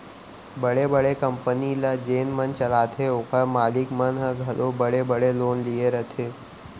बड़े बड़े कंपनी ल जेन मन चलाथें ओकर मालिक मन ह घलौ बड़े बड़े लोन लिये रथें